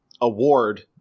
award